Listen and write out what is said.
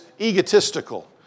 egotistical